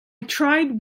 tried